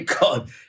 God